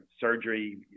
surgery